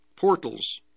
portals